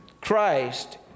Christ